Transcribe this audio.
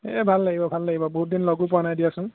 এই ভাল লাগিব ভাল লাগিব বহুতদিন লগো পোৱা নাই দিয়াচোন